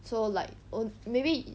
so like on~ maybe